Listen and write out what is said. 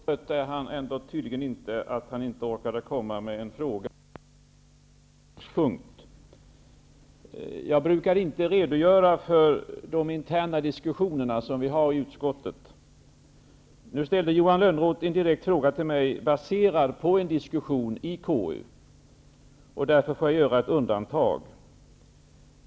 Herr talman! Johan Lönnroth sade att han är trött. Men han är tydligen inte så trött att han inte orkade komma med en fråga från en felaktig utgångspunkt. Jag brukar inte redogöra för de interna diskussioner som vi har i utskottet. Men Johan Lönnroth ställde en direkt fråga till mig baserad på en diskussion i KU. Därför får jag göra ett undantag.